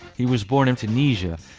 he was born in tunisia,